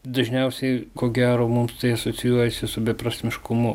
dažniausiai ko gero mums tai asocijuojasi su beprasmiškumu